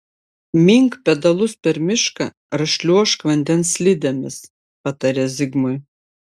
mink pedalus per mišką ar šliuožk vandens slidėmis patarė zigmui